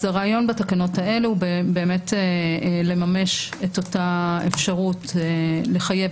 הרעיון בתקנות האלה הוא לממש את אותה אפשרות לחייב